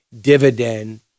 dividend